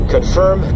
Confirm